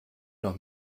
noch